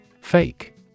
Fake